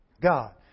God